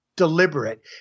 deliberate